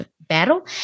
Battle